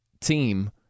team